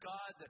God